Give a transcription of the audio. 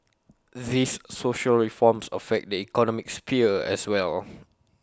these social reforms affect the economic sphere as well